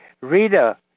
Rita